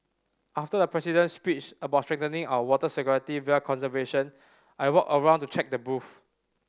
after the President's speech about strengthening our water security via conservation I walked around to check the booths